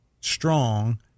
strong